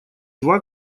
два